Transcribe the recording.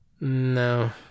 No